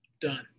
Done